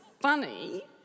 funny